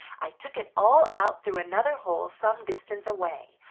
i took it all out through another hole some distance away,